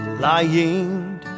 Lying